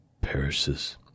perishes